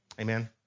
Amen